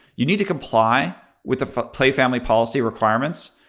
you need to comply with a play family policy requirements.